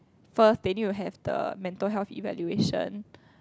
first they need to have the mental health evaluation